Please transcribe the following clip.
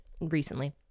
recently